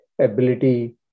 ability